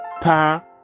Pa